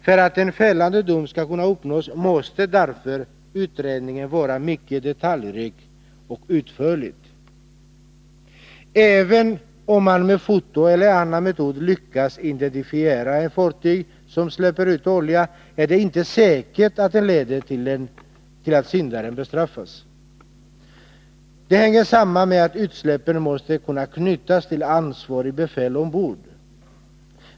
För att en fällande dom skall kunna uppnås måste därför utredningen vara mycket detaljrik och utförlig. Även om man med foto eller annan metod lyckats identifiera ett fartyg som släpper ut olja är det inte säkert att det leder till att syndaren bestraffas. Det hänger samman med att utsläppet måste kunna knytas till ansvarigt befäl ombord.